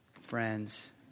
friends